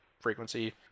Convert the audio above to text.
frequency